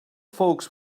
folks